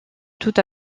toute